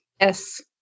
Yes